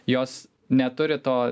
jos neturi to